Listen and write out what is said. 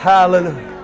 Hallelujah